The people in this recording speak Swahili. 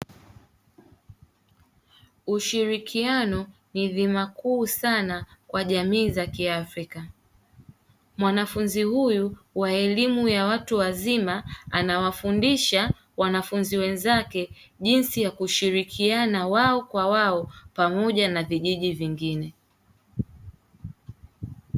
Ushirikiano ni dhima kuu sana kwa jamii za kiafrika mwanafunzi huyu wa elimu ya watu wazima, anawafundisha wanafunzi wenzake jinsi ya kushirikiana wao kwa wao pamoja na vijiji vingine.